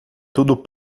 tudo